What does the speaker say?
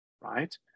right